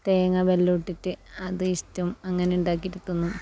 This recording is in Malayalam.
തേങ്ങ വെല്ലം ഇട്ടിറ്റ് അത് ഇഷ്ട്ടം അങ്ങനെ ഉണ്ടാക്കിറ്റ് തിന്നും